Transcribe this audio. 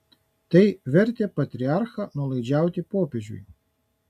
tai vertė patriarchą nuolaidžiauti popiežiui